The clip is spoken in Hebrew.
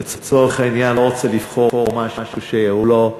לצורך העניין, אני לא רוצה לבחור משהו לא,